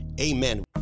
Amen